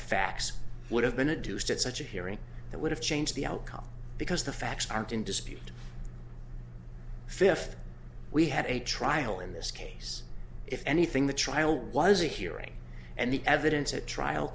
facts would have been a deuced at such a hearing that would have changed the outcome because the facts aren't in dispute fifth we had a trial in this case if anything the trial was a hearing and the evidence at trial